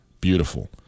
Beautiful